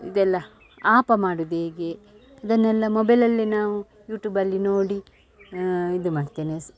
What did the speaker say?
ಇದೆಲ್ಲ ಆಪ ಮಾಡುದ್ಹೇಗೆ ಇದನ್ನೆಲ್ಲ ಮೊಬೈಲಲ್ಲೆ ನಾವು ಯೂಟ್ಯೂಬಲ್ಲಿ ನೋಡಿ ಇದು ಮಾಡ್ತೇನೆ